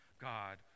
God